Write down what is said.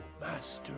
master